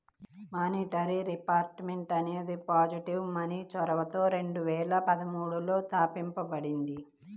monetary reform అనేది positive money చొరవతో రెండు వేల పదమూడులో తాపించబడింది